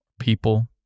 people